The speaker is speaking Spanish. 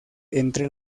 entre